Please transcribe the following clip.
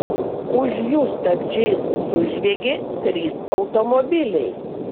už jų stabdžiais sužviegė trys automobiliai